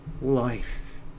life